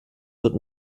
wird